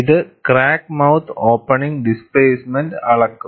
ഇത് crack mouth opening displacement അളക്കും